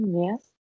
yes